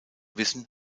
wissen